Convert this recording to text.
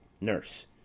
Nurse